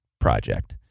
project